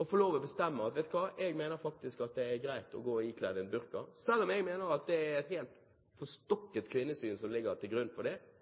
å få lov til å bestemme, mener jeg faktisk det er greit å gå ikledd burka, selv om jeg mener det er et helt forstokket kvinnesyn som ligger til grunn for det. Jeg vil kjempe mot det kvinnesynet som ligger til grunn for burka. Jeg vil kjempe mot det